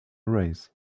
race